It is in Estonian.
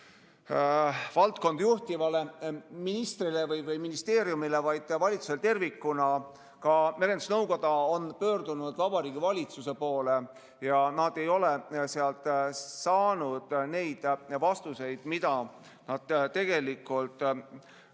valdkonda juhtivale ministrile või ministeeriumile, vaid valitsusele tervikuna. Ka merendusnõukoda on pöördunud Vabariigi Valitsuse poole ja nad ei ole sealt saanud vastuseid [küsimustele], mis nad tegelikult on